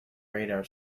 radar